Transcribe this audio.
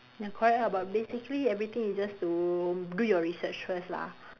ya correct ah but basically everything is just to do your research first lah